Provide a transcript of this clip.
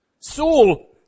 Saul